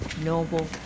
Noble